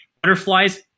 butterflies